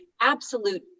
absolute